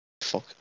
fuck